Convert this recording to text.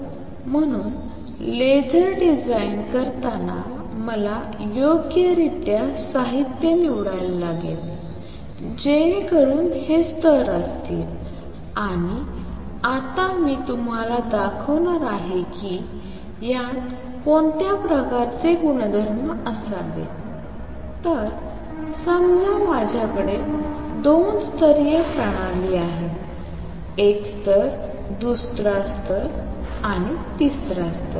म्हणून laser design करताना मला योग्यरित्या साहित्य निवडावे लागेल जेणेकरून हे स्तर असतील आणि आता मी तुम्हाला दाखवणार आहे की यात कोणत्या प्रकारचे गुणधम असावेत तर समजा माझ्याकडे तीन स्तरीय प्रणाली आहे एक स्तर दुसरा स्तर आणि तिसरा स्तर